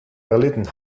erlitten